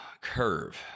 curve